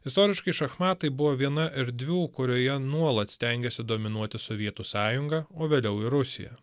istoriškai šachmatai buvo viena erdvių kurioje nuolat stengėsi dominuoti sovietų sąjunga o vėliau ir rusija